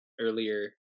earlier